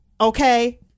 okay